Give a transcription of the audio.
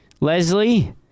Leslie